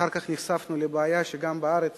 אחר כך נחשפנו לבעיה שגם בארץ